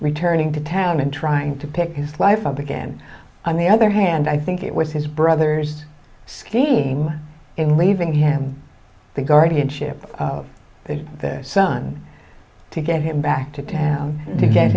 returning to town and trying to pick his wife up again on the other hand i think it was his brother's scheme in leaving him the guardianship of their son to get him back to town to get